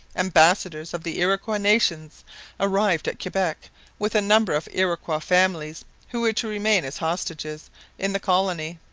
ambassadors of the iroquois nations arrived at quebec with a number of iroquois families who were to remain as hostages in the colony.